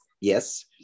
yes